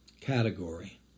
category